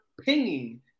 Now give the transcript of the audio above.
Pinging